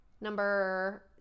number